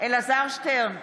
אלעזר שטרן,